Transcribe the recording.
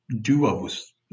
duos